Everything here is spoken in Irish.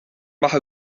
maith